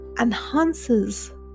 enhances